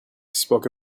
spoke